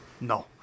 No